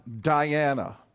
Diana